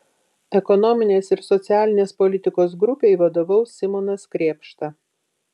ekonominės ir socialinės politikos grupei vadovaus simonas krėpšta